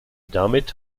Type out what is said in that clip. damit